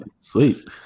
Sweet